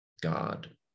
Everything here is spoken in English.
God